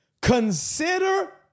Consider